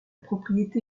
propriété